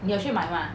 你有去买 mah